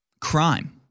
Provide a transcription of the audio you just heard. crime